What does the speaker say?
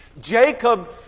Jacob